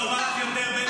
לא בא לך יותר בן גביר?